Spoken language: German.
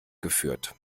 geführt